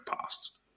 past